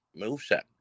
moveset